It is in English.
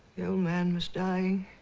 man was dying